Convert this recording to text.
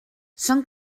són